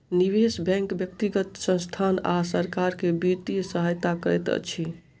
निवेश बैंक व्यक्तिगत संसथान आ सरकार के वित्तीय सहायता करैत अछि